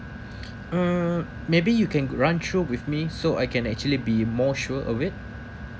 mm maybe you can run through with me so I can actually be more sure of it